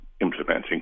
implementing